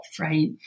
right